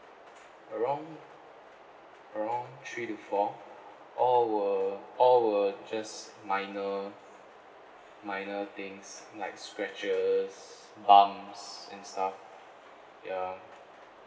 around around three to four all were all were just minor minor things like scratches bumps and stuff ya